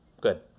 Good